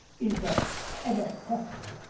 is that ever possible?